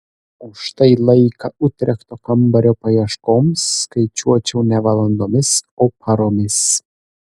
o štai laiką utrechto kambario paieškoms skaičiuočiau ne valandomis o paromis